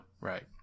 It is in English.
Right